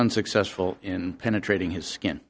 unsuccessful in penetrating his skin